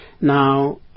Now